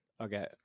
Okay